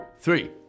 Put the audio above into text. three